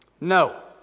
No